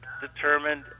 determined